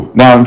now